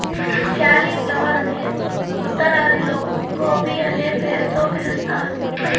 క్యాలిఫ్లవరునే ఉత్తరాదిలో గోబీ అనే పేరుతో పిలుస్తారు